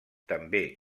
també